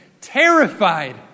terrified